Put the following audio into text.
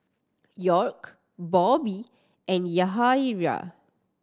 York Bobby and Yahaira